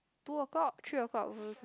two o-clock three o-clock